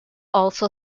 also